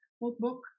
notebook